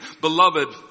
Beloved